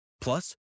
Plus